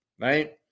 right